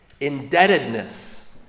indebtedness